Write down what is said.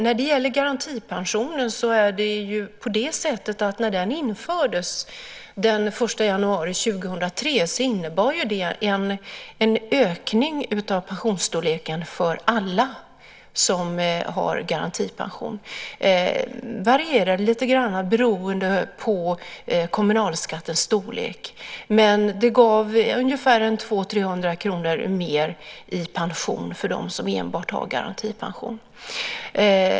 När garantipensionen infördes den 1 januari 2003 innebar det en ökning av pensionen för alla som har garantipension. Det varierar lite grann beroende på kommunalskattens storlek. Men det gav 200-300 kr mer i pension för dem som har enbart garantipension.